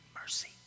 mercy